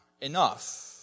enough